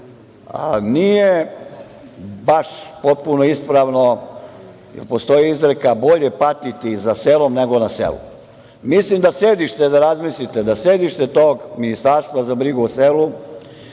– nije baš potpuno ispravno, postoji izreka – bolje patiti za selom nego na selu. Treba da razmislite da sedište tog ministarstva za brigu o selu